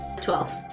Twelve